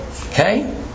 Okay